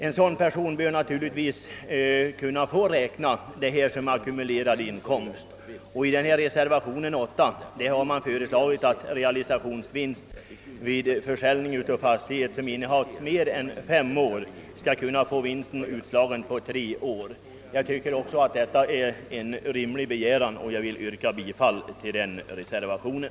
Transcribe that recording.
En sådan person bör naturligtvis kunna få räkna detta som ackumulerad inkomst. I reservation nr 8 har föreslagits att man vid försäljning av fastighet som innehafts mer än 5 år skall kunna få vinsten utslagen på 3 år. Detta är en rimlig begäran, och jag vill yrka bifall till denna reservation.